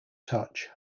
touch